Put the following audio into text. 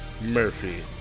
Murphy